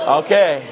okay